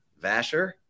Vasher